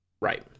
Right